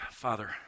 Father